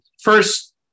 first